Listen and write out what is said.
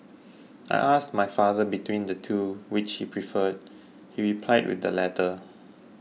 I asked my father between the two which he preferred he replied the latter